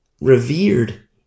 Revered